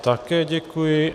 Také děkuji.